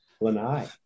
Lanai